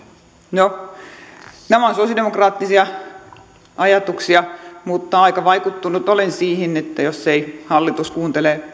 no nämä ovat sosialidemokraattisia ajatuksia mutta aika vaikuttunut olen siitä jos ei hallitus kuuntele